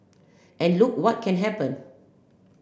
and look what can happen